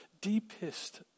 deepest